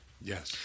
Yes